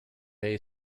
day